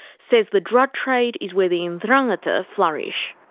says the drug trade is where the ndrangheta flourish.